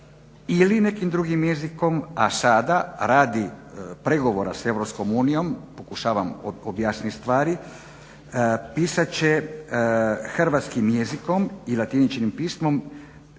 ili nekim drugim jezikom, a sada radi pregovora s EU, pokušavam objasniti stvari, pisat će hrvatskim jezikom i latiničnim pismom.